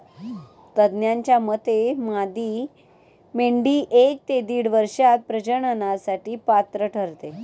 तज्ज्ञांच्या मते मादी मेंढी एक ते दीड वर्षात प्रजननासाठी पात्र ठरते